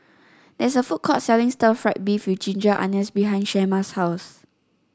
there is a food court selling Stir Fried Beef with Ginger Onions behind Shemar's house